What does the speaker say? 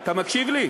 אתה מקשיב לי?